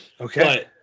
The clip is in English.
Okay